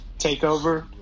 TakeOver